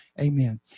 Amen